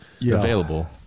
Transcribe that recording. available